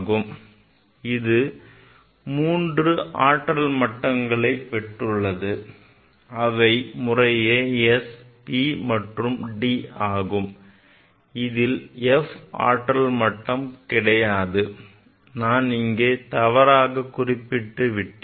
அதாவது இது 3 உப ஆற்றல் மட்டங்களில் பெற்றுள்ளது அவை முறையே s p d இதில் f ஆற்றல் மட்டம் கிடையாது நான் தவறாக குறிப்பிட்டு விட்டேன்